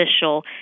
official